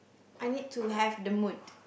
I need to have the mood